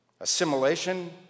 Assimilation